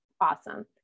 awesome